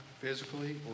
physically